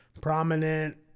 prominent